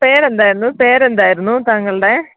പേരെന്തായിരുന്നു പേരെന്തായിരുന്നു താങ്കളുടെ